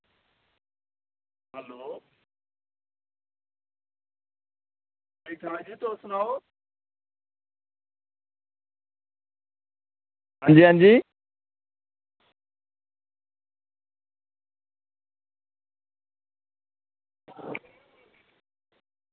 hello ठीक ठाक जी तुस सनाओ हां जी हां जी